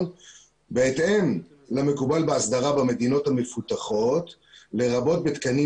בהתאם למקובל בהסדרה במדינות המפותחות לרבות בתקנים